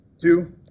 Two